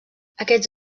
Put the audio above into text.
aquests